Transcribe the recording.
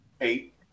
eight